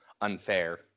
unfair